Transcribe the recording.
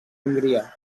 hongria